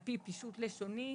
על פי פישוט לשוני.